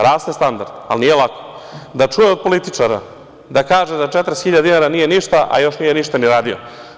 Raste standard, ali nije lako, da čuje od političara da kaže da 40.000 dinara nije ništa, a još nije ništa ni radio.